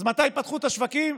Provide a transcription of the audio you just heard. אז מתי פתחו את השווקים?